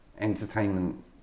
entertainment